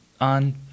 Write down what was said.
on